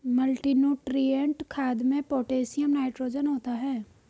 multinutrient खाद में potassium nitrogen होता है